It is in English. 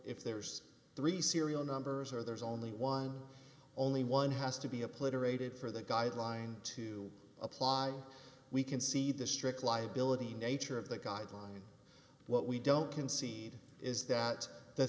if there's three serial numbers or there's only one only one has to be a political motive for the guideline to apply we can see the strict liability nature of the guideline what we don't concede is that the